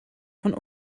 von